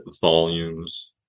volumes